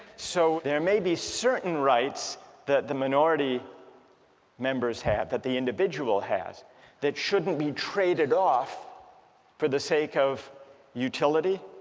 so there may be a certain rights that the minority members have that the individual has that shouldn't be traded off for the sake of utility?